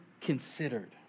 considered